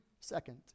second